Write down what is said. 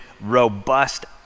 robust